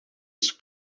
isso